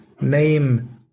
name